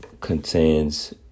contains